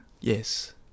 yes